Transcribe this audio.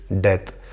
death